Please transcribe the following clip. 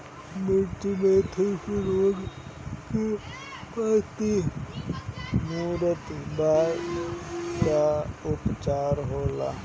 मिर्च मे थ्रिप्स रोग से पत्ती मूरत बा का उपचार होला?